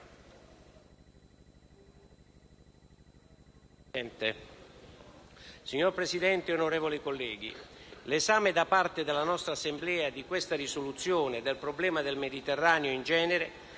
Signora Presidente, onorevoli colleghi, l'esame da parte della nostra Assemblea di questa risoluzione e delle problematiche dell'area del Mediterraneo in genere